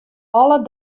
alle